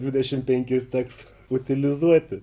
dvidešim penkis teks utilizuoti